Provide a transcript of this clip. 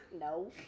No